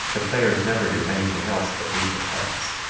the players never do anything else but read the parts.